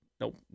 Nope